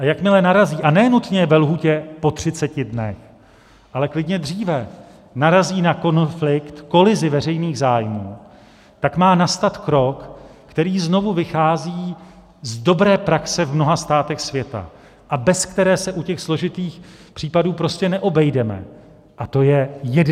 A jakmile narazí, a ne nutně ve lhůtě po 30 dnech, ale klidně dříve, narazí na konflikt, kolizi veřejných zájmů, tak má nastat krok, který znovu vychází z dobré praxe v mnoha státech světa a bez které se u složitých případů prostě neobejdeme, a to je jednání.